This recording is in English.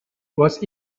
was